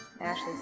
Ashley